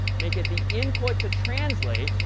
make it the input to translate.